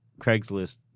Craigslist